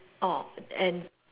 orh and